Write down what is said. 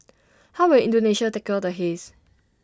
how will Indonesia tackle the haze